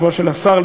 בשמו של השר,